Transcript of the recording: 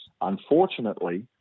Unfortunately